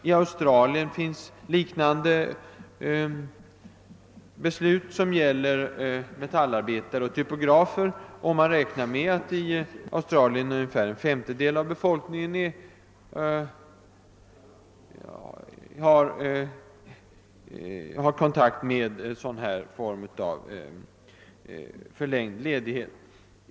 I Australien finns liknande beslut som gäller metallarbetare och typografer, och man räknar där med att ungefär en femtedel av befolkningen berörs av en sådan form av förlängd ledighet.